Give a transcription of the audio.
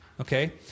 okay